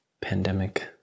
pandemic